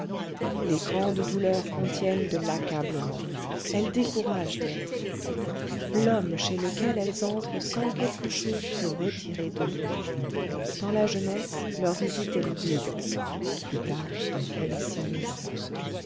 les grandes douleurs contiennent de l'accablement elles découragent d'être l'homme chez lequel elles entrent sent quelque chose se retirer de lui dans la jeunesse leur visite est lugubre plus tard elle est sinistre